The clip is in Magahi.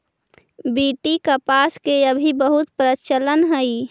बी.टी कपास के अभी बहुत प्रचलन हई